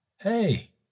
Hey